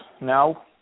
now